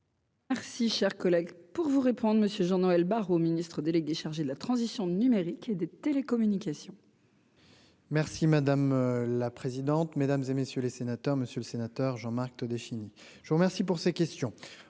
Merci, cher collègue, pour vous répondre, monsieur Jean-Noël Barrot Ministre délégué chargé de la transition numérique et des télécommunications. Merci madame la présidente, mesdames et messieurs les sénateurs, monsieur le sénateur Jean-Marc Todeschini, je vous remercie pour ces questions